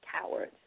cowards